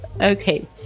Okay